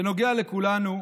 שנוגע לכולנו,